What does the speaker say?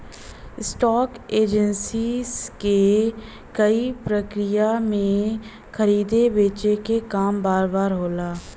stock exchange के ई प्रक्रिया में खरीदे बेचे क काम बार बार होला